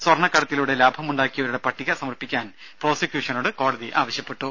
സ്വർണക്കടത്തിലൂടെ ലാഭമുണ്ടാക്കിയവരുടെ പട്ടിക സമർപ്പിക്കാൻ പ്രോസിക്യൂഷനോട് കോടതി ആവശ്യപ്പെട്ടു